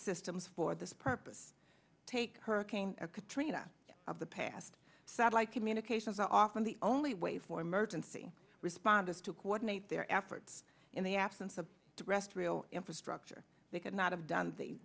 systems for this purpose take hurricane katrina of the past satellite communications are often the only way for emergency responders to coordinate their efforts in the absence of terrestrial infrastructure they could not have done